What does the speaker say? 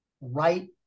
Right